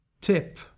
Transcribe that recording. tip